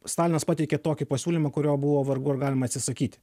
stalinas pateikė tokį pasiūlymą kurio buvo vargu ar galima atsisakyti